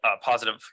positive